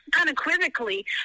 unequivocally